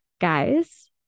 Guys